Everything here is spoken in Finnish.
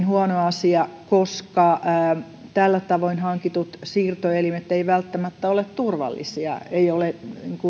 huono asia koska tällä tavoin hankitut siirtoelimet eivät välttämättä ole turvallisia ei ole